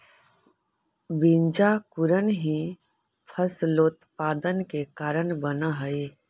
बीजांकुरण ही फसलोत्पादन के कारण बनऽ हइ